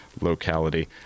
locality